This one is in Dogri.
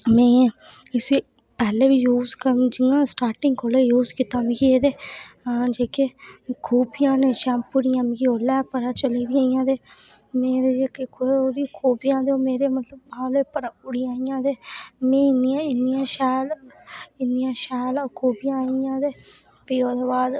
में इसी पैह्ले बी यूज करन जि'यां स्टार्टिंग कोला यूज कीता जेह्के खूबियां न उस शैम्पू दियां मिगी ओल्लै गै पता चली गेइयां ते मेरे बाल में इन्ना शैल खूबियां ओह्दियां ते भी ओह्दे बाद